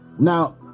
now